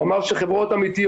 הוא אמר שהן חברות אמיתיות,